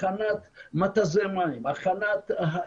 הכנת מתזי מים וכולי.